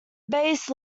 base